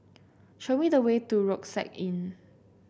show me the way to Rucksack Inn